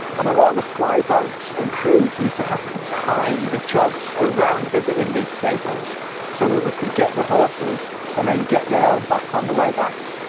and a lot of the flyboats and crews used to have to time the jobs around visiting these stables so that they could get the horses and then get their own back on the way back.